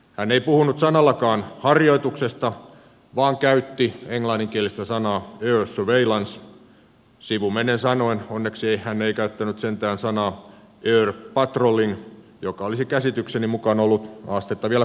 hän ei puhunut sanallakaan harjoituksesta vaan käytti englanninkielistä sanaa air surveillance sivumennen sanoen onneksi hän ei käyttänyt sentään sanaa air patrolling joka olisi käsitykseni mukaan ollut vielä astetta kovempi ilmaisu